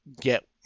get